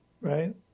right